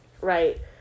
right